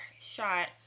shot